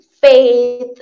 faith